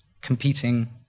competing